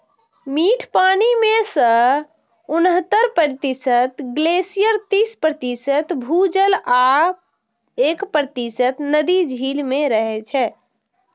मीठ पानि मे सं उन्हतर प्रतिशत ग्लेशियर, तीस प्रतिशत भूजल आ एक प्रतिशत नदी, झील मे रहै छै